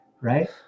right